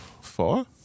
Four